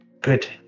good